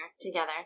together